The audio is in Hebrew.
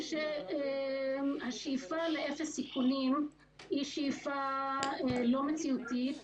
שהשאיפה לאפס סיכונים היא שאיפה לא מציאותית,